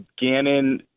Gannon